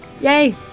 yay